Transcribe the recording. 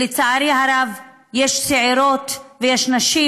ולצערי הרב יש צעירות ויש נשים